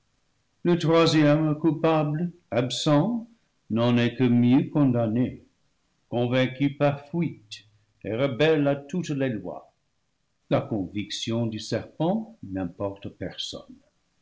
le troisième coupable absent n'en est que mieux condamné convaincu par suite et rebelle à toutes les lois la conviction du serpent n'importe à personne